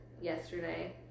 yesterday